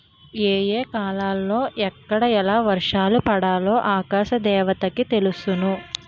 ఏ ఏ కాలాలలో ఎక్కడ ఎలా వర్షం పడాలో ఆకాశ దేవతకి తెలుసును